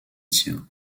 tirs